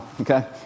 okay